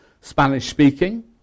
Spanish-speaking